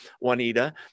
Juanita